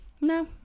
no